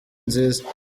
nziza